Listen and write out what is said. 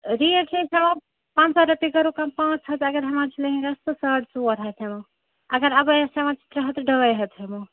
rate چھِ أسۍ ہٮ۪وان پنٛژاہ رۄپیہِ کرو کَم پانٛژھ ہَتھ اگر ہٮ۪وان چھِ لہنٛگاہَس تہٕ ساڑ ژور ہَتھ ہٮ۪مو اَگر اَبَیاہَس ہٮ۪وان چھِ ترٛےٚ ہَتھ ڈاے ہَتھ ہٮ۪مو